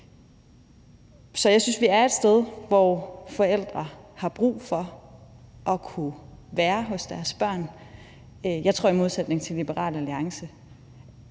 Så jeg synes, vi er et sted, hvor forældre har brug for at kunne være hos deres børn. Jeg tror i modsætning til Liberal Alliance,